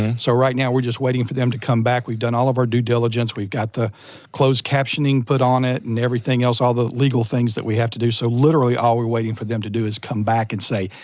and so right now, we're just waiting for them to come back. we've done all of our due diligence, we've got the closed captioning put on it, and everything else, all the legal things that we have to do, so literally all we're waiting for them to do is come back and say,